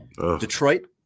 Detroit